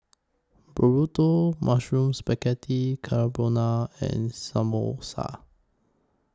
Burrito Mushroom Spaghetti Carbonara and Samosa